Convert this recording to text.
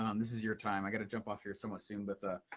um this is your time, i gotta jump off here somewhat soon. but